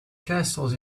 castles